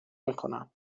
میکنن